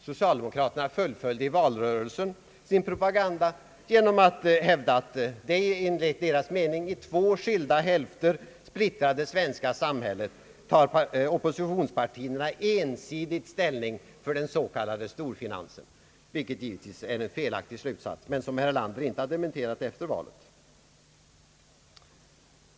Socialdemokraterna fullföljde i valrörelsen sin propaganda genom att hävda att i det enligt deras mening i två skilda hälfter splittrade svenska samhället tar oppositionspartierna ensidigt ställning för den s.k. storfinansen; vilket givetvis är en felaktig slutsats som herr Erlander dock inte har dementerat efter valet.